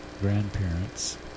grandparents